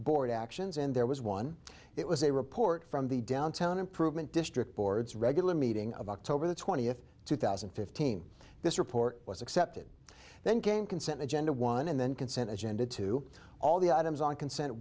board actions and there was one it was a report from the downtown improvement district board's regular meeting of october the twentieth two thousand and fifteen this report was accepted then came consent agenda one and then consent agenda to all the items on consent